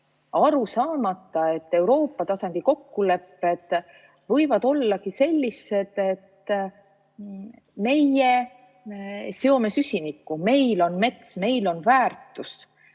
Ei saada aru, et Euroopa tasandi kokkulepped võivad ollagi sellised, et meie seome süsinikku, meil on mets, meil on väärtus